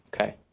Okay